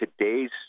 today's